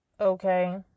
Okay